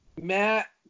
matt